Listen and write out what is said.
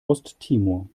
osttimor